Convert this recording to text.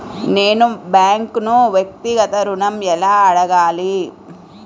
నేను బ్యాంక్ను వ్యక్తిగత ఋణం ఎలా అడగాలి?